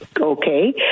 Okay